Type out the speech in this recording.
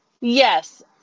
Yes